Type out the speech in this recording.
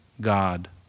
God